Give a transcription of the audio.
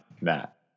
Matt